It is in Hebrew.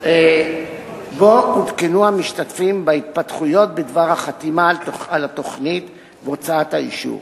ובו עודכנו המשתתפים בהתפתחויות בדבר החתימה על התוכנית והוצאת האישור.